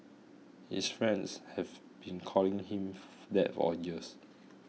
his friends have been calling him that for years